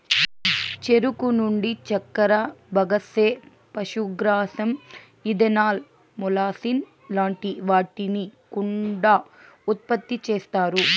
చెరుకు నుండి చక్కర, బగస్సే, పశుగ్రాసం, ఇథనాల్, మొలాసిస్ లాంటి వాటిని కూడా ఉత్పతి చేస్తారు